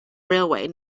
railway